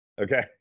Okay